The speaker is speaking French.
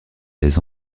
les